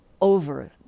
over